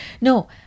no